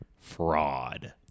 fraud